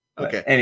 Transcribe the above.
Okay